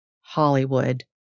Hollywood